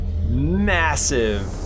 massive